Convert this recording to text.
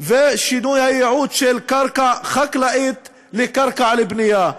ושינוי הייעוד של קרקע חקלאית לקרקע לבנייה.